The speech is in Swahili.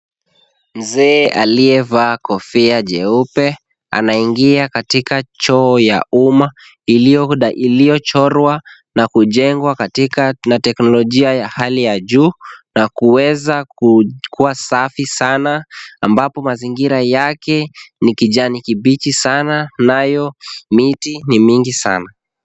Mzee aliyevaa kofia jeupe anaingia katika choo cha umma iliyochorwa na kujengwa na teknolojia ya hali ya juu na kuweza kuwa safi sana ambapo mazingira yake ni kijani kibichi sana nayo miti ni mingi sana.